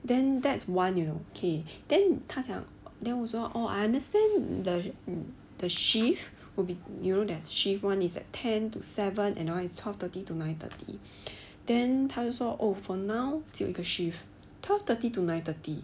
then that's one you know okay then 他讲 then 我说 I understand the the shift will be you know there is shift [one] is at ten to seven and the other [one] is twelve thirty to nine thirty then 他说 oh for now 只有一个 shift twelve thirty to nine thirty